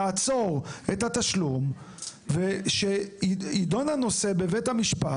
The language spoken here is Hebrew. לעצור את התשלום ושיידון הנושא בבית המשפט